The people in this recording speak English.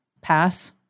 pass